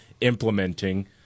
implementing